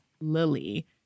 Lily